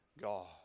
God